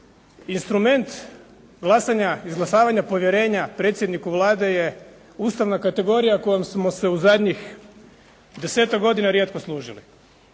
Instrument glasanja, izglasavanja povjerenja predsjedniku Vlade je ustavna kategorija kojom smo se zadnjih 10-ak godina rijetko služili.